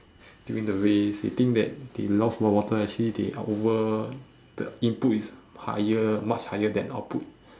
during the race they think that they lost a lot of water actually they are over the input is higher much higher than output